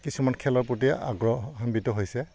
কিছুমান খেলৰ প্ৰতি আগ্ৰহ সম্বিত হৈছে